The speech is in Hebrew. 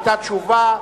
היתה תשובה,